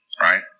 right